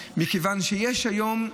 יכול להיות שזה המקום לנסות, מכיוון שיש היום,